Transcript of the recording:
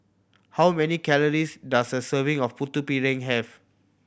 how many calories does a serving of Putu Piring have